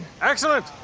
Excellent